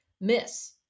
miss